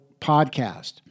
Podcast